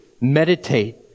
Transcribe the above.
meditate